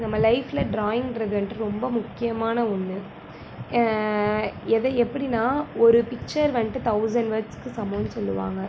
நம்ம லைஃப்பில் ட்ராயிங்குங்றது வந்துட்டு ரொம்ப முக்கியமான ஒன்று எதை எப்படின்னா ஒரு பிக்ச்சர் வந்துட்டு தௌசண்ட் வேர்ட்ஸ்ஸுக்கு சமம்னு சொல்லுவாங்க